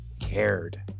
cared